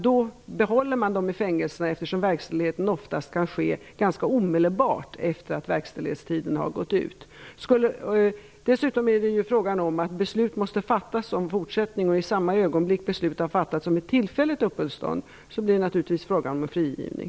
Då behåller man dem i fängelserna eftersom verkställigheten oftast kan ske ganska omedelbart efter det att verkställighetstiden har gått ut. Dessutom måste beslut fattas om fortsättning, och i samma ögonblick beslut har fattats om ett tillfälligt uppehållstillstånd blir det naturligtvis fråga om frigivning.